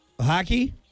Hockey